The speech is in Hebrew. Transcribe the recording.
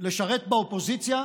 לשרת באופוזיציה,